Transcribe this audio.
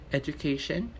education